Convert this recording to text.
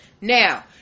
Now